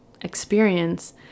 experience